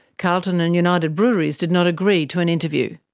carlton and united breweries did not agree to an interview.